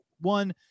one